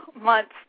months